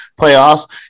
playoffs